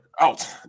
Out